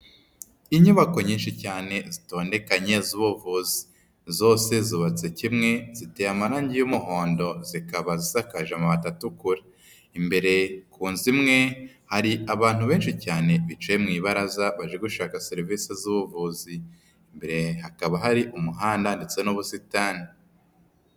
Inyubako nyinshi cyane zitondekanye z'ubuvuzi zose zubatse kimwe ziteye amarangi y'umuhondo zikaba zisakaje amabati atukura, imbere ku nzu imwe hari abantu benshi cyane bicaye mu ibaraza baje gushaka serivisi z'ubuvuzi, imbere hakaba hari umuhanda ndetse n'ubusitani.